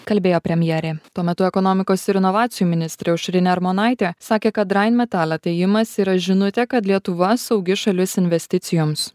kalbėjo premjerė tuo metu ekonomikos ir inovacijų ministrė aušrinė armonaitė sakė kad drain metal atėjimas yra žinutė kad lietuva saugi šalis investicijoms